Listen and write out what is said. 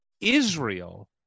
Israel